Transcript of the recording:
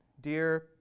dear